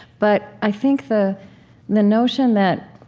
but i think the the notion that